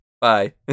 bye